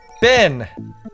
Ben